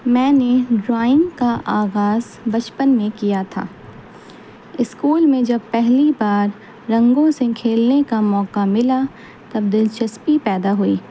میں نے ڈرائنگ کا آغاز بچپن میں کیا تھا اسکول میں جب پہلی بار رنگوں سے کھیلنے کا موقع ملا تب دلچسپی پیدا ہوئی